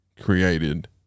created